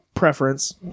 preference